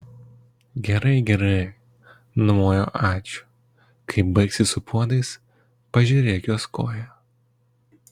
gerai gerai numojo ačiū kai baigsi su puodais pažiūrėk jos koją